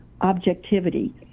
objectivity